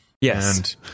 Yes